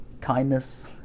kindness